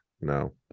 no